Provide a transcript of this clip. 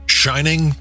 shining